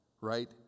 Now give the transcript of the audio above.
right